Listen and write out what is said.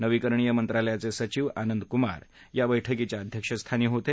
नवीकरणीय मंत्रालयाचे सचिव आनंद कुमार या बैठकीच्या अध्यक्षस्थानी होती